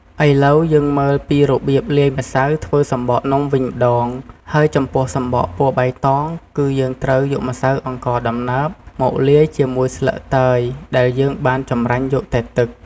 ឥឡូវ យើងមើលពីរបៀបលាយម្សៅធ្វើសំបកនំវិញម្តង ហើយចំពោះសំបកពណ៌បៃតង គឺយើងត្រូវយកម្សៅអង្ករដំណើប មកលាយជាមួយស្លឹកតើយដែលយើងបានចម្រាញ់យកតែទឹក។